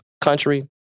country